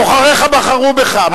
בוחריך בחרו בך.